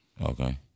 Okay